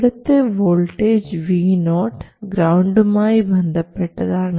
ഇവിടത്തെ voltage vo ഗ്രൌണ്ടുമായി ബന്ധപ്പെട്ടതാണ്